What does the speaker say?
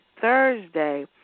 Thursday